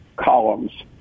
columns